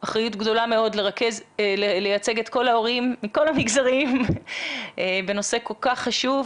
אחריות גדולה מאוד לייצג את כל ההורים מכל המגזרים בנושא כל כך חשוב.